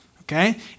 okay